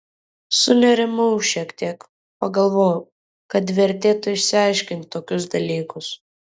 sunerimau šiek tiek pagalvojau kad vertėtų išsiaiškinti tokius dalykus